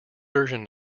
version